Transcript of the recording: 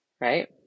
right